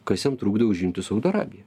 kas jam trukdo užimti saudo arabiją